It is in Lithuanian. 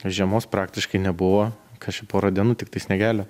žiemos praktiškai nebuvo ką čia porą dienų tiktai sniegelio